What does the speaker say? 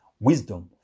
Wisdom